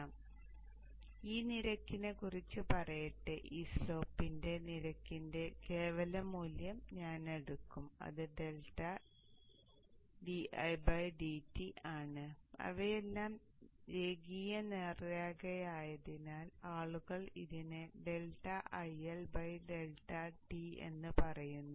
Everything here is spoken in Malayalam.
അതിനാൽ ഈ നിരക്കിനെ കുറിച്ച് പറയട്ടെ ഈ സ്ലോപ്പിന്റെ നിരക്കിന്റെ കേവല മൂല്യം ഞാൻ എടുക്കും അത് ഡെൽറ്റ ആണ് അവയെല്ലാം രേഖീയ നേർരേഖയായതിനാൽ ആളുകൾ ഇതിനെ ∆IL ∆T എന്ന് പറയുന്നു